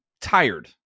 tired